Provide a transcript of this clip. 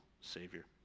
savior